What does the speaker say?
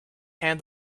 hand